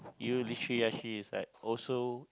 you literally actually it's like also